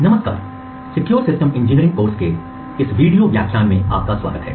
नमस्कार secure system engineering course के इस वीडियो व्याख्यान में आपका स्वागत है